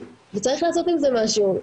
וצריך לעשות עם זה משהו,